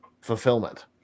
fulfillment